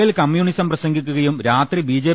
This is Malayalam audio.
പകൽ കമ്മ്യൂണിസം പ്രസംഗിക്കുകയും രാത്രി ബി